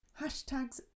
Hashtags